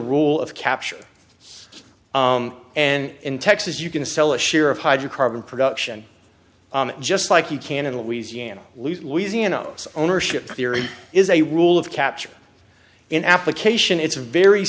rule of capture and in texas you can sell a share of hydrocarbon production just like you can in louisiana louisiana ownership theory is a rule of capture in application it's very